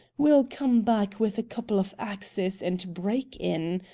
we'll come back with a couple of axes and break in.